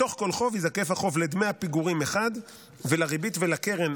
בתוך כל חוב ייזקף החוב לדמי הפיגורים מחד גיסא ולריבית ולקרן,